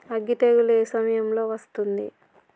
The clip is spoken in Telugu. అగ్గి తెగులు ఏ సమయం లో వస్తుంది?